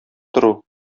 тору